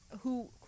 who-